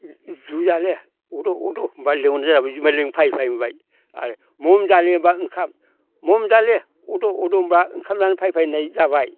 जुलाले अद' अद' होनबा लिंहरनोसै जुमाय लोंनो फै फै होनबाय आरो मनजाले बा ओंखाम मनजाले अद' अद' होनबा ओंखाम जानो फै फै होननाय जाबाय